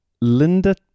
Linda